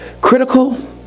critical